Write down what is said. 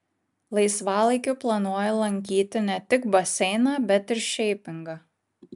laisvalaikiu planuoju lankyti ne tik baseiną bet ir šeipingą